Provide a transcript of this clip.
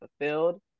fulfilled